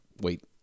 Wait